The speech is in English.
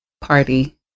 party